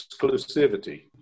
exclusivity